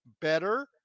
better